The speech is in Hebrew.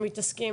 מתעסקים.